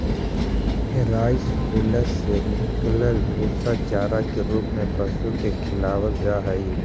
rice hulls से निकलल भूसा चारा के रूप में पशु के खिलावल जा हई